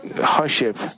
hardship